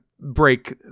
break